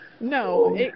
No